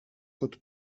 kot